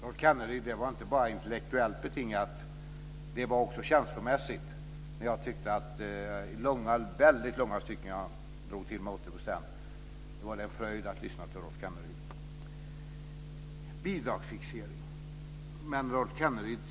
Fru talman! Det var inte bara intellektuellt betingat, Rolf Kenneryd. Det var också känslomässigt. Jag tycker att i det var en fröjd att lyssna till Rolf Kenneryd i väldigt långa stycken. Jag drog till med 80 %.